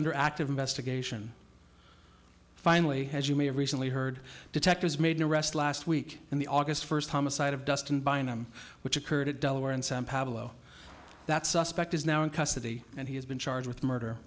under active investigation finally as you may have recently heard detectives made an arrest last week in the august first homicide of dust and bind them which occurred at delaware and san pablo that suspect is now in custody and he's been charged with murder